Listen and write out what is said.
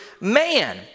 man